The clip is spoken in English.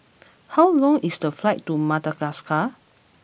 how long is the flight to Madagascar